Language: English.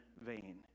vain